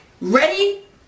Ready